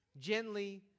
gently